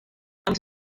els